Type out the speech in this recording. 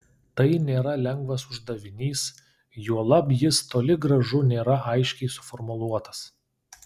tai nėra lengvas uždavinys juolab jis toli gražu nėra aiškiai suformuluotas